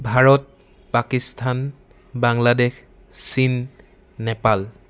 ভাৰত পাকিস্তান বাংলাদেশ চীন নেপাল